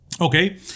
Okay